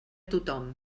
tothom